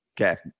Okay